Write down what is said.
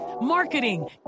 marketing